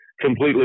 completely